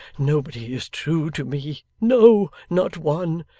nobody is true to me. no, not one.